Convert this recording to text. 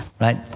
right